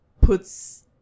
puts